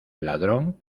ladrón